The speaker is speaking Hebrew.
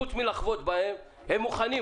חוץ מלחבוט בהם, הם מוכנים.